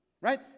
Right